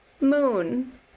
moon